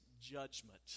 judgment